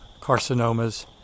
carcinomas